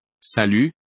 Salut